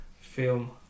film